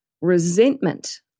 Resentment